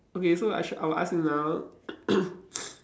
okay so I should I will ask you now